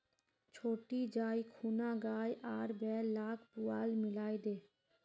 छोटी जाइ खूना गाय आर बैल लाक पुआल मिलइ दे